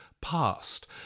past